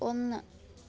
ഒന്ന്